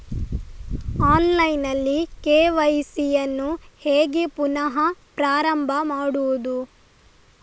Online ನಲ್ಲಿ KYC ಯನ್ನು ಹೇಗೆ ಪುನಃ ಪ್ರಾರಂಭ ಮಾಡುವುದು?